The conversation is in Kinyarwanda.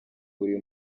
buri